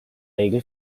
regel